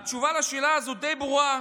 התשובה לשאלה הזאת די ברורה.